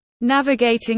Navigating